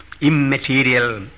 immaterial